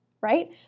right